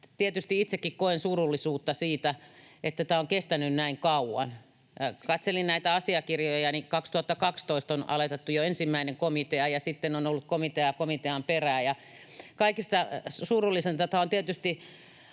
Tietysti itsekin koen surullisuutta siitä, että tämä on kestänyt näin kauan. Katselin näitä asiakirjoja, ja 2012 on aloitettu jo ensimmäinen komitea ja sitten on ollut komiteaa komitean perään. Kaikista surullisinta tämä on tietysti